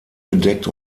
bedeckt